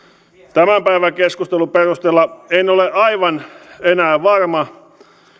tämän päivän keskustelun perusteella en ole aivan enää varma